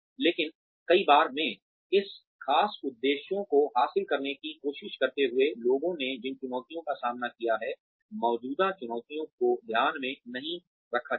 लेकिन कई बार में कुछ खास उद्देश्यों को हासिल करने की कोशिश करते हुए लोगों ने जिन चुनौतियों का सामना किया है मौजूदा चुनौतियों को ध्यान में नहीं रखा जाता है